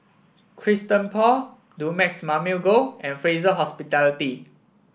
Christian Paul Dumex Mamil Gold and Fraser Hospitality